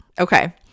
okay